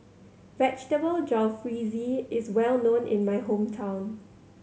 Vegetable Jalfrezi is well known in my hometown